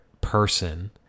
person